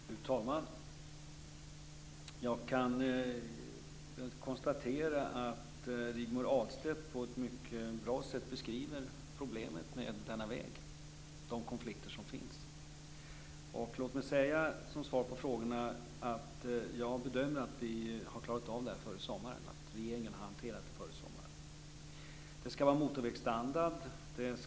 Fru talman! Jag kan konstatera att Rigmor Ahlstedt på ett mycket bra sätt beskriver problemet med denna väg och de konflikter som finns. Låt mig som svar på frågorna säga att jag bedömer att vi skall klara av det här före sommaren; regeringen skall ha hanterat detta före sommaren. Det skall vara motorvägsstandard.